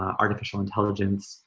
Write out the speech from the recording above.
artificial intelligence.